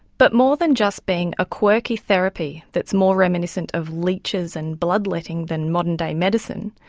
but more than just being a quirky therapy that's more reminiscent of leeches and bloodletting than modern day medicine,